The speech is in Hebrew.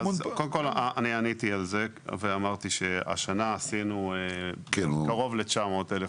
עניתי על זה ואמרתי שהשנה עשינו קרוב ל-900,000